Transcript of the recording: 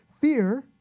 Fear